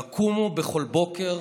יקומו בכל בוקר,